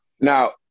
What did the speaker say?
now